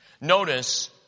Notice